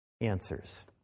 answers